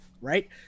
Right